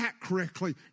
correctly